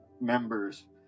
members